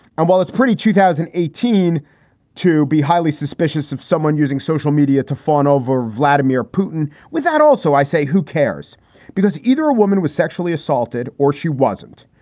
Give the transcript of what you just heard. and while it's pretty two thousand and eighteen to be highly suspicious of someone using social media to fawn over vladimir putin without also i say who cares because either a woman was sexually assaulted or she wasn't.